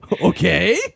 okay